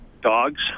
dogs